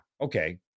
okay